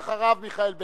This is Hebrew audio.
ואחריו, מיכאל בן-ארי,